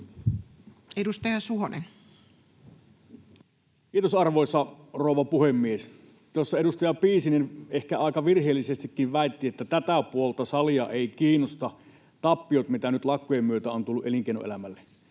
19:12 Content: Kiitos, arvoisa rouva puhemies! Tuossa edustaja Piisinen ehkä aika virheellisestikin väitti, että tätä puolta salia eivät kiinnosta tappiot, mitä nyt lakkojen myötä on tullut elinkeinoelämälle.